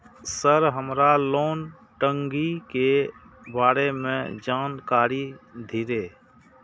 Sir हमरा loan टंगी के बारे में जान कारी धीरे?